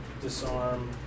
Disarm